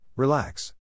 Relax